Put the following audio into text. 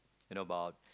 in about